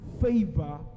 favor